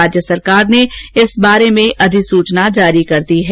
राज्य सरकार ने इस बारे में अधिसूचना जारी कर दी है